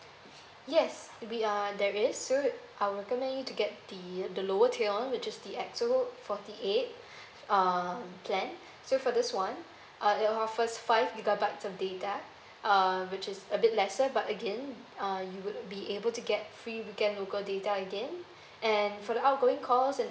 yes it'll be err there is so I'll recommend you to get the the lower tier [one[ which is the X_O forty eight um plan so for this one uh it offers five gigabytes of data uh which is a bit lesser but again uh you would be able to get free weekend local data again and for the outgoing calls and